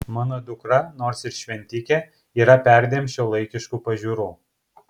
mano dukra nors ir šventikė yra perdėm šiuolaikiškų pažiūrų